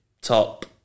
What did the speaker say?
top